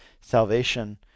salvation